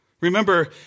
Remember